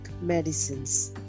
medicines